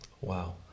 wow